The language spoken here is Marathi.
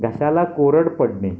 घशाला कोरड पडणे